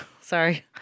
Sorry